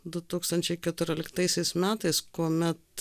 du tūkstančiai keturioliktaisiais metais kuomet